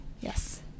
Yes